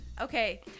Okay